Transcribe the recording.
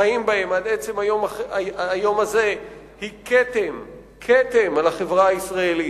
חיים בהם עד עצם היום הזה היא כתם כתם על החברה הישראלית.